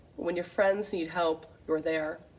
when your friends need help, you're there.